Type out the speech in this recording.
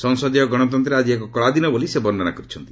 ସଂସଦୀୟ ଗଣତନ୍ତ୍ରରେ ଆଜି ଏକ କଳା ଦିନ ବୋଲି ସେ ବର୍ଷନା କରିଛନ୍ତି